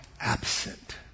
absent